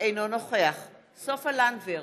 אינו נוכח סופה לנדבר,